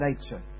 nature